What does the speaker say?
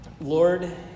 Lord